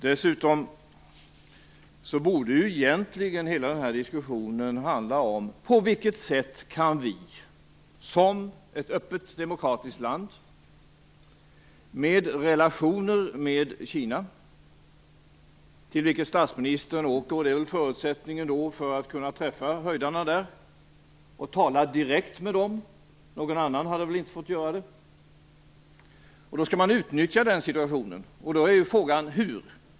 Dessutom borde egentligen hela denna diskussion handla om på vilket sätt Sverige, som ett öppet demokratiskt land med relationer med Kina dit statsministern åker - vilket väl är förutsättningen för att kunna träffa höjdarna där och tala direkt med dem, någon annan hade väl inte fått göra det - skall kunna utnyttja denna situation. Frågan är: Hur?